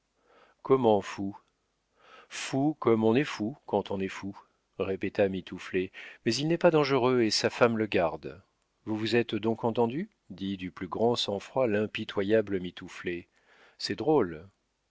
comment fou fou comme on est fou quand on est fou répéta mitouflet mais il n'est pas dangereux et sa femme le garde vous vous êtes donc entendus dit du plus grand sang-froid l'impitoyable mitouflet c'est drôle